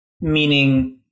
meaning